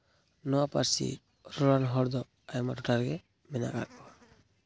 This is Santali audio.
ᱱᱚᱣᱟ ᱯᱟᱹᱨᱥᱤ ᱨᱚᱨᱚᱲᱟᱱ ᱦᱚᱲᱫᱚ ᱟᱭᱢᱟ ᱴᱚᱴᱷᱟ ᱨᱮᱜᱮ ᱢᱮᱱᱟᱜ ᱠᱟᱜ ᱠᱚᱣᱟ